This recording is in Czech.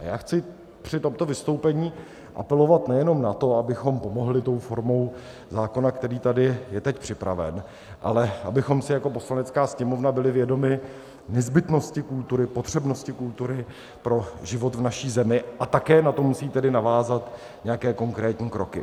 A já chci při tomto vystoupení apelovat nejenom na to, abychom pomohli tou formou zákona, který tady je teď připraven, ale abychom si jako Poslanecká sněmovna byli vědomi nezbytnosti kultury, potřebnosti kultury pro život v naší zemí, a také na to musí tedy navázat nějaké konkrétní kroky.